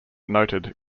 noted